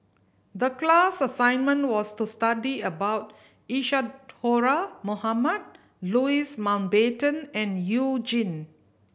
the class assignment was to study about Isadhora Mohamed Louis Mountbatten and You Jin